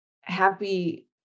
happy